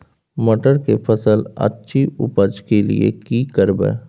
मटर के फसल अछि उपज के लिये की करबै?